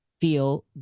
feel